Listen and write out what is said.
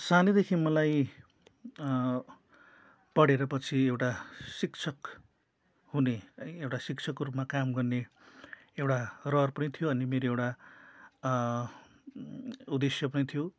सानैदेखि मलाई पढेर पछि एउटा शिक्षक हुने अनि एउटा शिक्षकको रूपमा काम गर्ने एउटा रहर पनि थियो अनि मेरो एउटा उद्देश्य पनि थियो